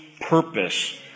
purpose